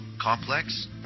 Complex